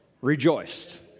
rejoiced